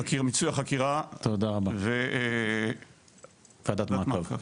מיצוי החקירה וועדת מעקב.